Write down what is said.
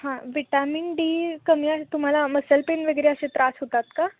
हां vitamin D कमी आहे तुम्हाला मसल पेन वगैरे असे त्रास होतात का